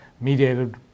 mediated